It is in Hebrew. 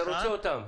אתה רוצה אותם.